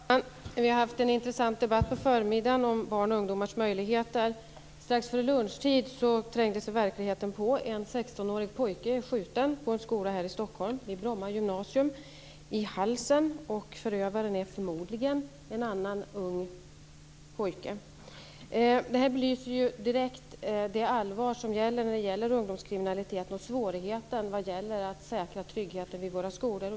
Fru talman! Vi har haft en intressant debatt under förmiddagen om barn och ungdomars möjligheter. Strax före lunchtid trängde sig verkligheten på. En 16-årig pojke är skjuten på en skola här i Stockholm - på Bromma gymnasium. Han är skjuten i halsen, och förövaren är förmodligen en annan ung pojke. Detta belyser direkt det allvar som gäller ungdomskriminaliteten och svårigheten vad gäller att säkra tryggheten vid våra skolor.